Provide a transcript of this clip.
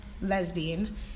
lesbian